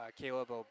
Caleb